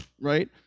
Right